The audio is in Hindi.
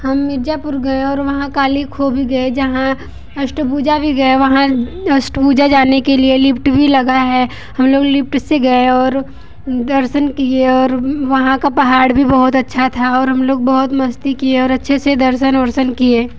हम मिर्ज़ापुर गए और वहाँ काली खोह भी गए जहाँ अष्टभुजा भी गए वहाँ अष्टभुजा जाने के लिए लिफ़्ट भी लगा है हम लोग लिफ़्ट से गए और दर्शन किए और वहाँ का पहाड़ भी बहुत अच्छा था और हम लोग बहुत मस्ती किए और अच्छे से दर्शन वर्षण किए